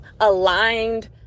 aligned